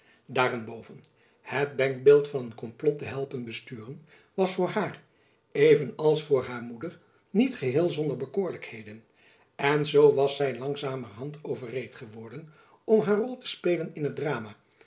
boven het denkbeeld van een komplot te helpen besturen was voor haar even als voor haar moeder niet geheel zonder bekoorlijkheden en zoo was zy langzamerhand overreed geworden om haar rol te spelen in het drama